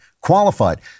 qualified